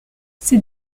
ces